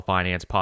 Finance